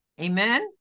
Amen